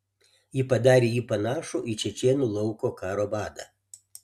ji padarė jį panašų į čečėnų lauko karo vadą